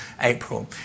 April